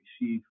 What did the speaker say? receive